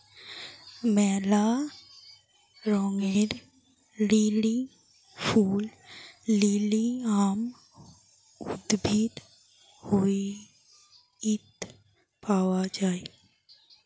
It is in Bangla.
ম্যালা রঙের লিলি ফুল লিলিয়াম উদ্ভিদ হইত পাওয়া যায়